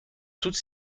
toutes